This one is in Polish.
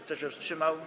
Kto się wstrzymał?